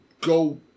go